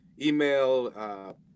email